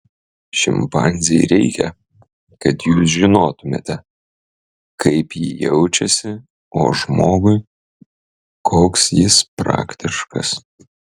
šimpanzei reikia kad jūs žinotumėte kaip ji jaučiasi o žmogui koks jis praktiškas